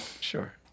Sure